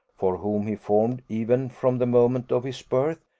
for whom he formed, even from the moment of his birth,